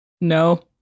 No